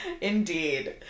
Indeed